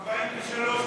על 43 מצביעים.